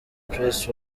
press